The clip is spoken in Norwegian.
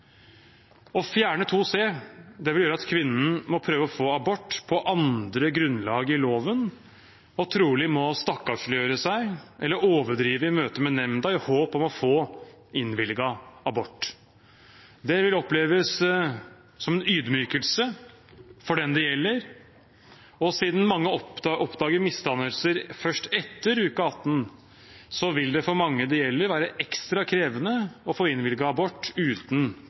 Å fjerne § 2 c vil gjøre at kvinnen må prøve å få abort på andre grunnlag i loven og trolig må stakkarsliggjøre seg eller overdrive i møte med nemnda i håp om å få innvilget abort. Det vil oppleves som en ydmykelse for den det gjelder. Siden mange oppdager misdannelser først etter uke 18, vil det for mange det gjelder, være ekstra krevende å få innvilget abort uten